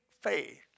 faith